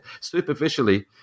Superficially